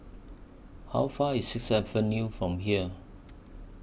How Far IS Sixth Avenue from here